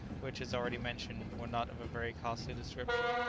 which, as already mentioned, were not of a very costly description.